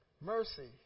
mercy